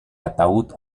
ataúd